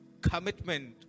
Commitment